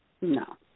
No